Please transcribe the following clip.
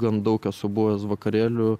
gan daug esu buvęs vakarėlių